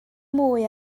mwy